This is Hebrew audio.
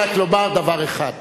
אני רוצה רק לומר דבר אחד.